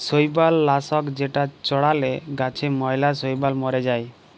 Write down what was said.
শৈবাল লাশক যেটা চ্ড়ালে গাছে ম্যালা শৈবাল ম্যরে যায়